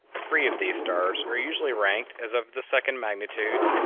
three of these stars are usually ranked as of the second magnitude,